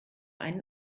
einen